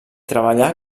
treballà